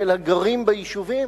של הגרים ביישובים,